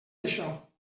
això